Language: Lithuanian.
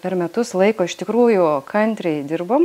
per metus laiko iš tikrųjų kantriai dirbom